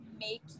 make